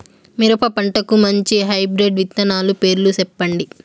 మిరప పంటకు మంచి హైబ్రిడ్ విత్తనాలు పేర్లు సెప్పండి?